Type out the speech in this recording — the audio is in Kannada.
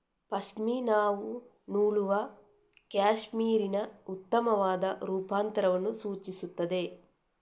ಪಶ್ಮಿನಾವು ನೂಲುವ ಕ್ಯಾಶ್ಮೀರಿನ ಉತ್ತಮವಾದ ರೂಪಾಂತರವನ್ನು ಸೂಚಿಸುತ್ತದೆ